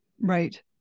Right